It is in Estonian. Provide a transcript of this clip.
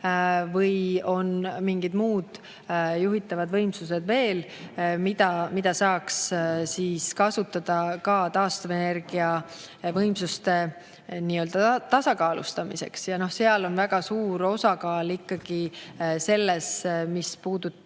või on mingid muud juhitavad võimsused veel, mida saaks kasutada ka taastuvenergiavõimsuste tasakaalustamiseks? Ja seal on väga suur osakaal ikkagi sellel, mis puudutab